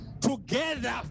together